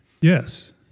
Yes